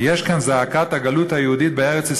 כי יש כאן זעקת הגלות היהודית בארץ-ישראל,